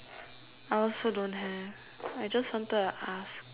I also don't have I just wanted to ask